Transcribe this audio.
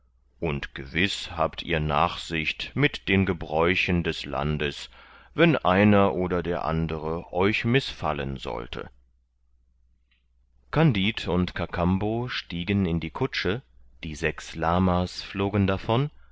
und gewiß habt ihr nachsicht mit den gebräuchen des landes wenn einer oder der andere euch mißfallen sollte kandid und kakambo stiegen in die kutsche die sechs lama's flogen davon